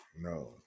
no